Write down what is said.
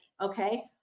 okay